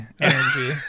energy